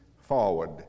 Forward